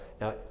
Now